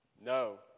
No